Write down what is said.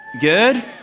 Good